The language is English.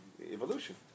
evolution